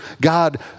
God